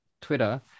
Twitter